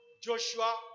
Joshua